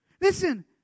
Listen